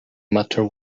matter